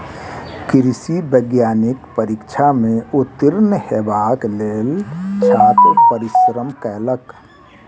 कृषि वैज्ञानिक परीक्षा में उत्तीर्ण हेबाक लेल छात्र परिश्रम कयलक